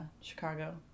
Chicago